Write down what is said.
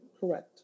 correct